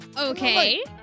Okay